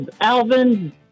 Alvin